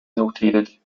notated